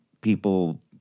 people